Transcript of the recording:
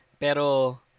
Pero